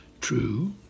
True